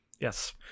Yes